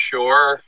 Sure